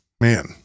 Man